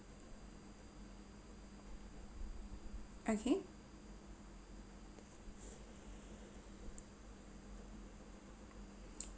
okay